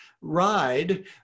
ride